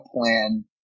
plan